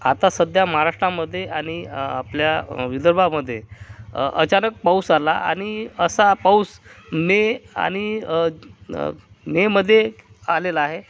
आता सध्या महाराष्ट्रामध्ये आणि आपल्या विदर्भामध्ये अचानक पाऊस आला आणि असा पाऊस मे आणि मेमध्ये आलेला आहे